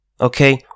Okay